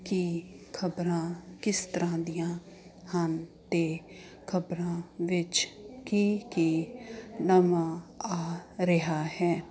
ਕੀ ਖ਼ਬਰਾਂ ਕਿਸ ਤਰ੍ਹਾਂ ਦੀਆਂ ਹਨ ਅਤੇ ਖ਼ਬਰਾਂ ਵਿੱਚ ਕੀ ਕੀ ਨਵਾਂ ਆ ਰਿਹਾ ਹੈ